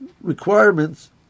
requirements